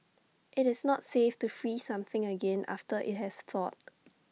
IT is not safe to freeze something again after IT has thawed